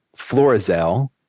Florizel